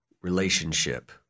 relationship